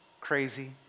crazy